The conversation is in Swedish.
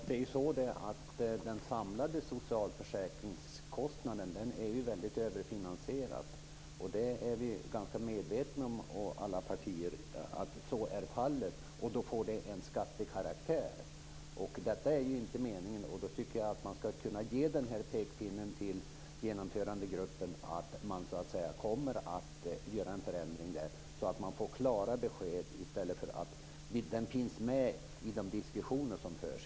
Herr talman! Siw Wittgren-Ahl! Den samlade socialförsäkringskostnaden är väldigt överfinansierad. Vi är medvetna i alla partier om att så är fallet. Det hela får därför en skattekaraktär. Det var ju inte meningen, och jag tycker därför att man skall kunna ge en pekpinne till genomförandegruppen om att man kommer att göra en förändring. Det måste bli klara besked, i stället för att detta bara skall finnas med i de diskussioner som förs.